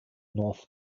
north